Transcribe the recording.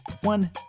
one